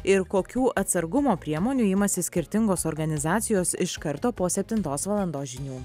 ir kokių atsargumo priemonių imasi skirtingos organizacijos iš karto po septintos valandos žinių